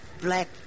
Black